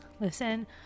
Listen